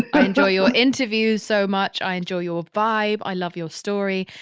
i enjoy your interview so much. i enjoy your vibe. i love your story.